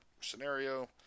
scenario